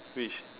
which